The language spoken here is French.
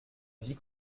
vie